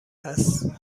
هست